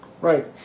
Right